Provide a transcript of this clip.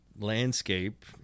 landscape